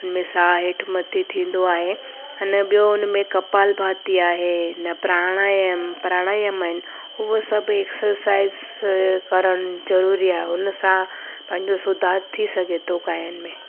हुन में साहु हेठि मथे थींदो आहे अने ॿियो हुन में कपाल भाती आहे अना प्राणायाम प्राणायाम आहिनि हूअ सभु एक्सरसाइज़ करणु ज़रूरी आहे उन सां पंहिंजो सुधार थी सघे थो ॻायन में